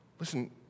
Listen